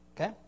Okay